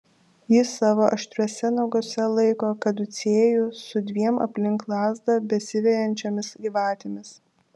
ji savo aštriuose naguose laiko kaducėjų su dviem aplink lazdą besivejančiomis gyvatėmis